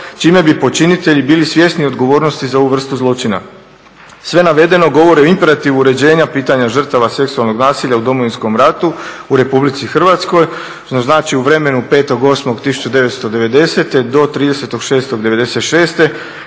čime bi počinitelji bili svjesni odgovornosti za ovu vrstu zločina. Sve navedeno govori o imperativu uređenja pitanja žrtava seksualnog nasilja u Domovinskom ratu u Republici Hrvatskoj što znači u vremenu 5.8.1990. do 30.6.1996.